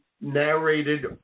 narrated